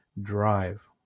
drive